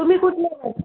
तुम्ही कुठले पण